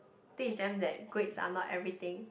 teach them that grades are not everything